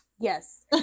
Yes